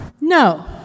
No